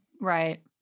Right